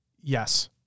Yes